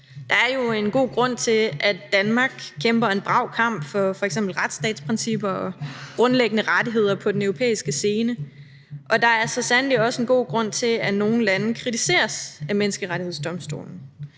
Der er jo en god grund til, at Danmark kæmper en brav kamp for f.eks. retsstatsprincipper og grundlæggende rettigheder på den europæiske scene, og der er så sandelig også en god grund til, at nogle lande kritiseres af Menneskerettighedsdomstolen.